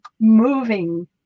moving